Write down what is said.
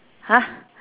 !huh!